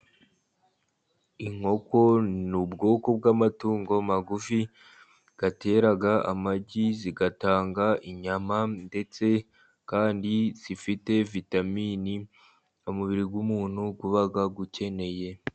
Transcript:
Inkoko ni ubwoko bw'amatungo magufi atera amagi, zigatanga inyama, ndetse kandi zifite vitamini, umubiri w'umuntu uba ukeneye.